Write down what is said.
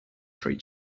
three